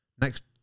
Next